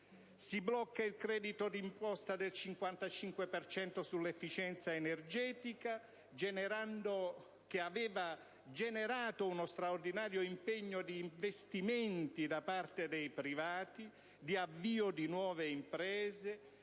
Si blocca il credito di imposta del 55 per cento sull'efficienza energetica, che aveva generato uno straordinario impegno di investimenti da parte dei privati, di avvio di nuove imprese,